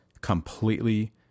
completely